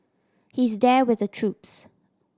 he's there with the troops